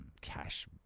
cash